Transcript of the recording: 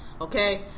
Okay